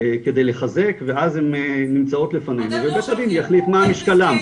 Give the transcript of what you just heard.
כדי לחזק ואז הם נמצאות לפנינו ובית הדין יחליט מה משקלם,